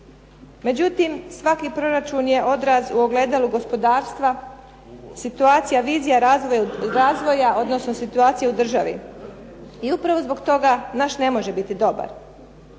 Međutim, svaki proračun je odraz u ogledalu gospodarstva. Situacija vizija razvoja, odnosno situacija u državi. I upravo zbog toga naš ne može biti dobar.